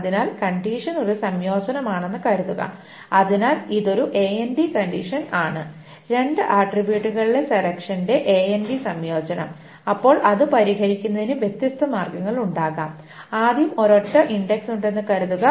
അതിനാൽ കണ്ടിഷൻ ഒരു സംയോജനമാണെന്ന് കരുതുക അതിനാൽ ഇതൊരു AND കണ്ടിഷൻ ആണ് രണ്ട് ആട്രിബ്യൂട്ടുകളിലെ സെലക്ഷന്റെ AND സംയോജനം അപ്പോൾ അത് പരിഹരിക്കുന്നതിന് വ്യത്യസ്ത മാർഗങ്ങളുണ്ടാകാം ആദ്യം ഒരൊറ്റ ഇൻഡക്സ് ഉണ്ടെന്ന് കരുതുക